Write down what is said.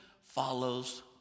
follows